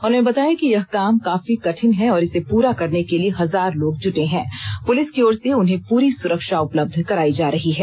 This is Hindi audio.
उन्होंने बताया कि यह काम काफी कठिन है और इसे पूरा करने के लिए हजार लोग जुटे है पुलिस की ओर से उन्हें पूरी सुरक्षा उपलब्ध करायी जा रही है